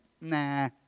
Nah